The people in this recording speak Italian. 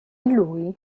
lui